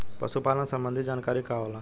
पशु पालन संबंधी जानकारी का होला?